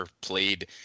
played